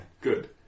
Good